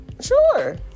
Sure